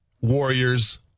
Warriors